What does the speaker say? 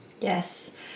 yes